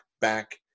back